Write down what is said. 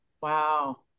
Wow